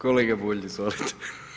Kolega Bulj, izvolite.